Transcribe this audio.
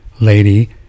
lady